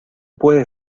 puede